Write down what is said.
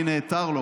אני נעתר.